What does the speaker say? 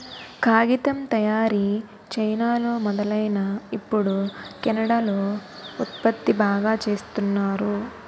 కాగితం తయారీ చైనాలో మొదలైనా ఇప్పుడు కెనడా లో ఉత్పత్తి బాగా చేస్తున్నారు